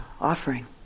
offering